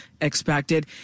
expected